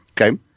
Okay